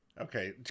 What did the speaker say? okay